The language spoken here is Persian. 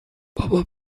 بابا